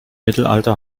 mittelalter